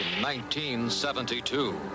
1972